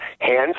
hands